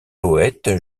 poète